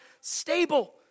stable